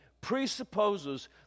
presupposes